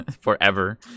Forever